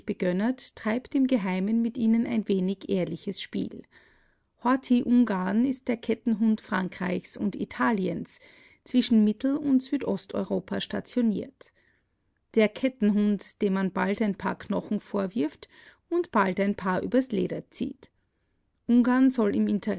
treibt im geheimen mit ihnen ein wenig ehrliches spiel horthy-ungarn ist der kettenhund frankreichs und italiens zwischen mittel und südost-europa stationiert der kettenhund dem bald ein paar knochen vorwirft und bald ein paar übers leder zieht ungarn soll im